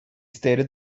stated